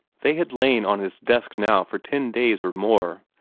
they had lain on his desk now for ten days or more,